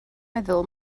meddwl